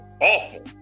awful